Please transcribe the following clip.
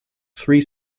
three